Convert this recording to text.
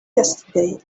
yesterday